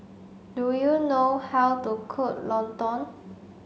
do you know how to cook Lontong